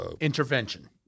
Intervention